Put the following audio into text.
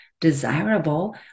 desirable